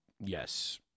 Yes